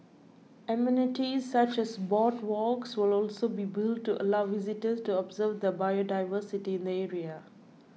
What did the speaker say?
amenities such as boardwalks will also be built to allow visitors to observe the biodiversity in the area